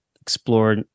explore